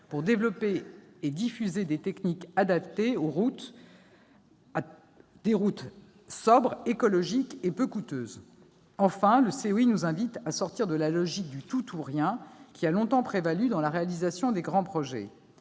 pour développer et diffuser des techniques adaptées à des routes sobres, écologiques et peu coûteuses. Enfin, le COI nous invite à sortir de la logique du « tout ou rien », qui a longtemps prévalu dans la réalisation des grands projets.